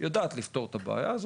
יודעת לפתור את הבעיה הזאת,